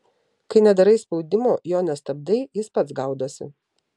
kai nedarai spaudimo jo nestabdai jis pats gaudosi